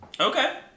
Okay